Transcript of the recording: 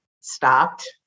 stopped